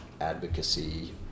advocacy